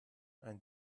ein